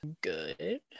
good